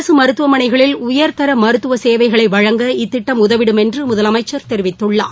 அரசு மருத்துவமனைகளில் உயர்தர மருத்துவ சேவைகளை வழங்க இத்திட்டம் உதவிடும் என்று முதலமைச்சர் தெரிவித்துள்ளார்